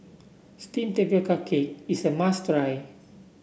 steam tapioca is a must try